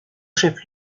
chef